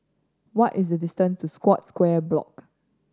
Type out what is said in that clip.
what is the distance to Scotts Square Block